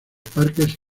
parques